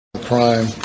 crime